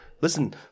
Listen